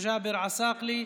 ג'אבר עסאקלה,